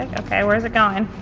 okay, where's it going?